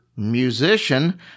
musician